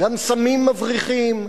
גם סמים מבריחים.